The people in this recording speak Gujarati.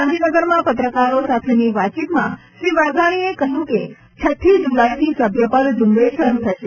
ગાંધીનગરમાં પત્રકારો સાથેની વાતચીતમાં શ્રી વાઘાણીએ કહ્યું કે છડ્ડી જુલાઈથી સભ્યપદ ઝુંબેશ શરૂ થશે